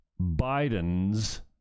Biden's